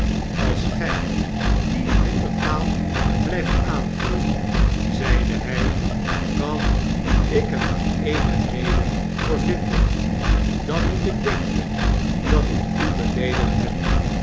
als gij dien hinderpaalblyftaanvoeren zeide hij kan ik er maar eene reden voor vinden dan moet ik denken dat ik u beleedigd heb